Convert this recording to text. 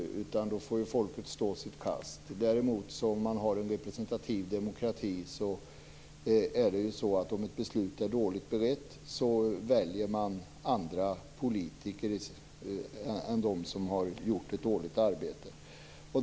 Då får folket stå sitt kast. Om man däremot har en representativ demokrati, är det ju så att om ett beslut är dåligt berett, väljer man andra politiker än dem som har gjort ett dåligt arbete.